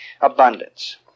Abundance